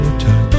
touch